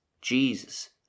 Jesus